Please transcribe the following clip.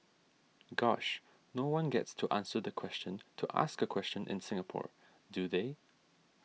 gosh no one gets to answer the question to ask a question in Singapore do they